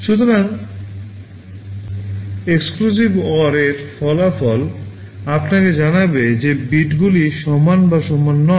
সুতরাং EXCLUSIVE OR এর ফলাফল আপনাকে জানাবে যে বিটগুলি সমান বা সমান নয়